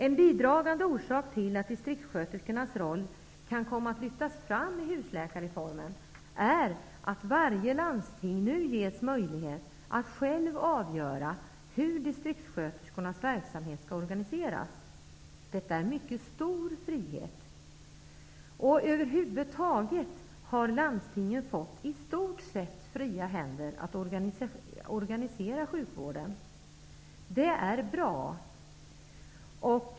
En bidragande orsak till att distriktssköterskornas roll kan komma att lyftas fram i husläkarreformen är att varje landsting nu ges möjlighet att självt avgöra hur distriktssköterskornas verksamhet skall organiseras. Detta är en mycket stor frihet. Över huvud taget har landstingen fått i stort sett fria händer att organisera sjukvården. Det är bra.